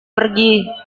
pergi